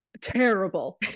terrible